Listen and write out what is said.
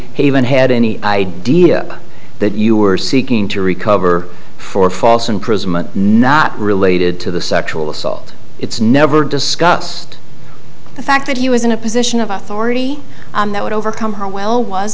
haven had any idea that you were seeking to recover for false imprisonment not related to the sexual assault it's never discussed the fact that he was in a position of authority that would overcome how well was